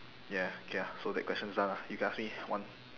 ya okay ah so that question is done lah you can ask me one